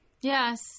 Yes